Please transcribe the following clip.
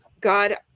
God